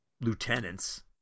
lieutenants